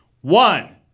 One